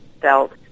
felt